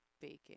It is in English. baking